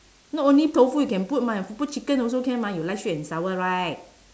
not only tofu you can put mah you put chicken also can mah you like sweet and sour right